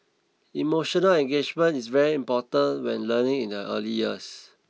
emotional engagement is very important when learning in the early years